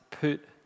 put